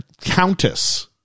countess